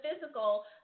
physical